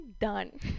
done